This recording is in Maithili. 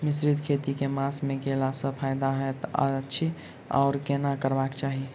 मिश्रित खेती केँ मास मे कैला सँ फायदा हएत अछि आओर केना करबाक चाहि?